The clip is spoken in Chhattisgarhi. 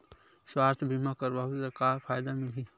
सुवास्थ बीमा करवाहू त का फ़ायदा मिलही?